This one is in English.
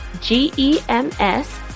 G-E-M-S